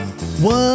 One